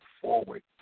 forward